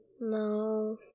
no